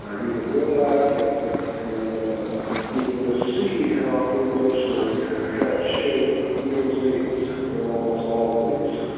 ah you can go back and and you can just see how free masonry helps shape man's needs in almost all of these,